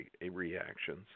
reactions